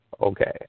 Okay